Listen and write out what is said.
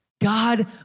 God